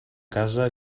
casa